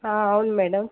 అవును మేడం